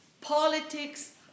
politics